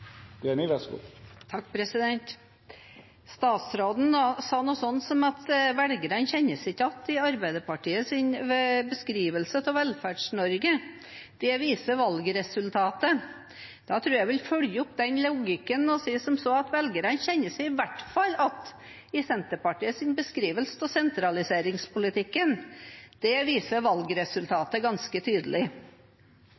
Statsråden sa noe sånt som at velgerne ikke kjenner seg igjen i Arbeiderpartiets beskrivelse av Velferds-Norge – at det viser valgresultatet. Jeg tror jeg vil følge opp den logikken og si som så at velgerne kjenner seg i hvert fall igjen i Senterpartiets beskrivelse av sentraliseringspolitikken – det viser